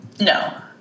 No